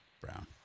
Brown